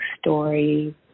story